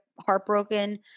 heartbroken